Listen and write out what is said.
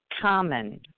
common